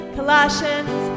Colossians